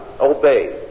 Obey